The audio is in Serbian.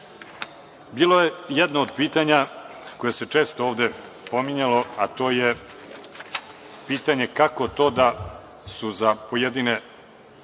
je jedno od pitanja koje se često ovde pominjalo, a to je pitanje – kako to da su za pojedine